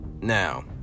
Now